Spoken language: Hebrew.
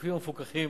הגופים המפוקחים